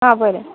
आ बरें